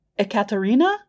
Ekaterina